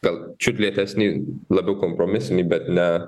gal čiut lėtesnį labiau kompromisinį bet ne